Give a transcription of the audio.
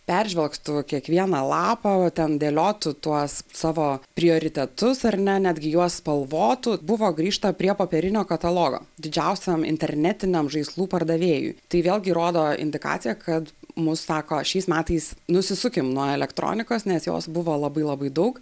peržvelgtų kiekvieną lapą ten dėliotų tuos savo prioritetus ar ne netgi juos spalvotų buvo grįžta prie popierinio katalogo didžiausiam internetiniam žaislų pardavėjui tai vėlgi rodo indikacija kad mus sako šiais metais nusisukim nuo elektronikos nes jos buvo labai labai daug